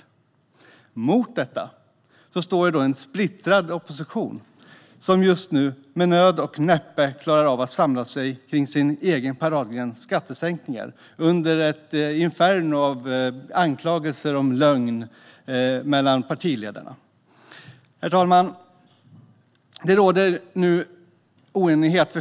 Å andra sidan finns en splittrad opposition som just nu med nöd och näppe klarar av att samla sig kring sin egen paradgren skattesänkningar i ett inferno av anklagelser om lögn partiledarna emellan. Herr talman! Det råder nu förstås oenighet